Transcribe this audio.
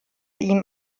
ihm